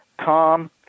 Tom